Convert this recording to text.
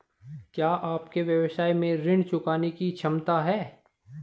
क्या आपके व्यवसाय में ऋण चुकाने की क्षमता है?